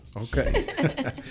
Okay